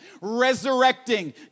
resurrecting